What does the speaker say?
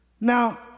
Now